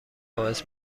باعث